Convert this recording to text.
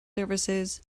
services